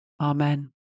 Amen